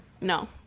No